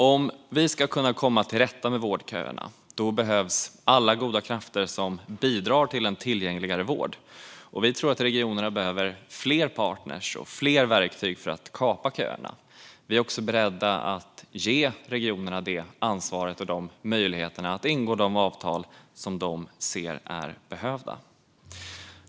Om man ska komma till rätta med vårdköerna behövs alla goda krafter som bidrar till tillgängligare vård, och vi tror att regionerna behöver fler partner och verktyg för att kapa köerna. Vi är också beredda att ge regionerna ansvar och möjlighet att ingå de avtal som de ser behövs.